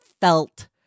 felt